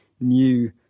new